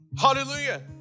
Hallelujah